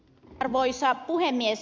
arvoisa puhemies